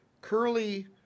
Curly